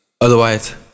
Otherwise